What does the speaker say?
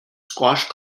squash